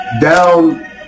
down